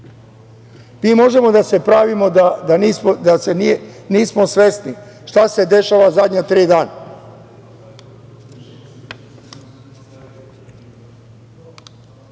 možemo da se pravimo da nismo svesni šta se dešava zadnja tri dana.